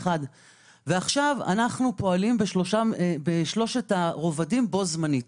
אנחנו פועלים בשלושת הרבדים בו זמנית.